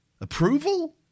Approval